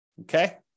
Okay